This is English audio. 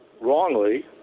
wrongly